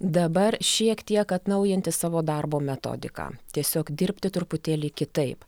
dabar šiek tiek atnaujinti savo darbo metodiką tiesiog dirbti truputėlį kitaip